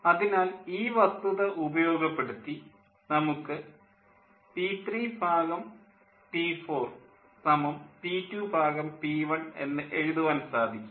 അതിനാൽ ഈ വസ്തുത ഉപയോഗപ്പെടുത്തി നമുക്ക് P3P4 P2P1 എന്ന് എഴുതുവാൻ സാധിക്കും